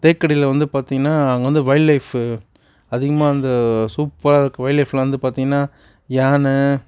தேக்கடியில் வந்து பார்த்தீங்னா அங்கே வந்து ஒயில்ட் லைஃப்பு அதிகமாக அங்கே சூப்பராக இருக்குது ஒயில்ட் லைஃப்பில் வந்து பார்த்தீங்னா யானை